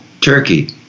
turkey